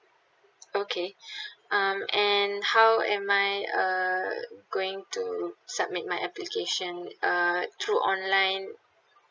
okay um and how am I uh going to submit my application uh through online